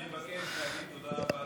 אני מבקש להגיד תודה רבה ליושב-ראש.